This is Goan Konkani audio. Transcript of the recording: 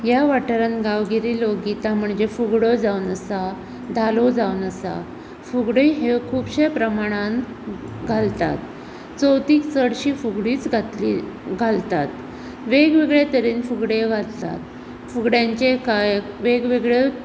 या वाठारांत गावगिरे लोकगितां म्हणजे फुगडो जावन आसा धालो जावन आसा फुगडी ह्यो खुबशे प्रमाणांत घालतात चवथीक चडशीं फुगडीच घातली घालतात वेग वेगळ्या तरेन फुगड्यो घालतात फुगड्यांचे कांय वेग वेगळे